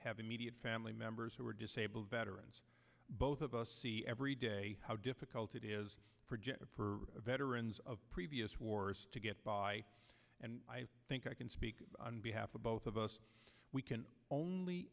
have immediate family members who are disabled veterans both of us see every day how difficult it is projected for veterans of previous wars to get by and i think i can speak on behalf of both of us we can only